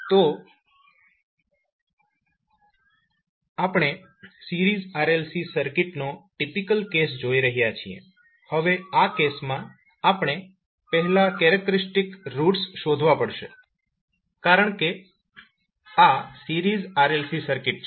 તો આપણે series RLC સર્કિટનો ટિપિકલ કેસ જોઈ રહયા છીએ હવે આ કેસમાં આપણે પહેલા કેરેક્ટરીસ્ટિક્સ રૂટ્સ શોધવા પડશે કારણ કે આ સિરીઝ RLC સર્કિટ છે